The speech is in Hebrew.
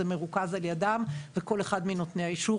זה מרוכז על ידם וכל אחד מנותני האישור,